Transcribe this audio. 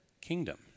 kingdom